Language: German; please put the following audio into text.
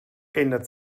ändert